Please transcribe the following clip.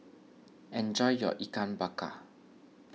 enjoy your Ikan Bakar